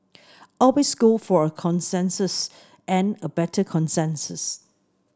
always go for a consensus and a better consensus